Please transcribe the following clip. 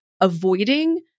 avoiding